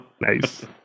Nice